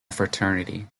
fraternity